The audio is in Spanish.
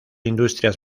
industrias